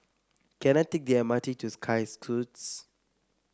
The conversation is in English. can I take the M R T to Sky